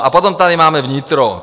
A potom tady máme vnitro.